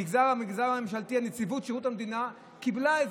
במגזר הממשלתי נציבות שירות המדינה קיבלה את